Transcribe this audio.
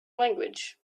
language